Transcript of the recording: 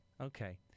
Okay